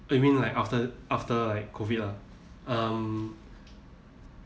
you mean like after after like COVID lah um